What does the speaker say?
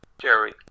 Jerry